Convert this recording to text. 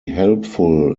helpful